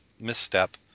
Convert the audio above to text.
misstep